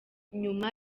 nyuma